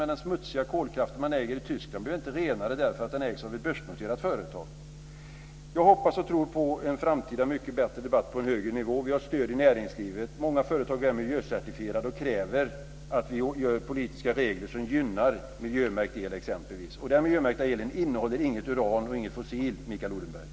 Men den smutsiga kolkraft man äger i Tyskland blir inte renare därför att den ägs av ett börsnoterat företag. Jag hoppas och tror på en framtida mycket bättre debatt, på en högre nivå. Vi har stöd i näringslivet. Många företag är miljöcertifierade och kräver att vi inför politiska regler som gynnar exempelvis miljömärkt el. Den miljömärkta elen innehåller inte uran och inte fossil, Mikael Odenberg.